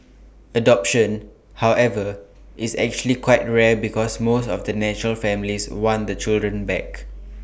adoption however is actually quite rare because most of the natural families want the children back